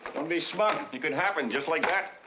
don't be smug. it could happen just like that.